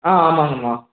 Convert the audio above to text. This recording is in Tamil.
ஆ ஆமாங்கம்மா